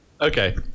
okay